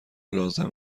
لازم